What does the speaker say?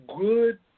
good